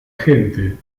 gente